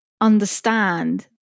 understand